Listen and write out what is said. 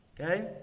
Okay